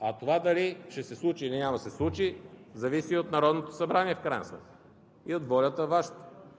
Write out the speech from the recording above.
А дали ще се случи, или няма да се случи зависи от Народното събрание в крайна сметка, от Вашата